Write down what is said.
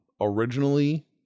Originally